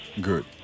Good